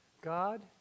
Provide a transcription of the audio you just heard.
God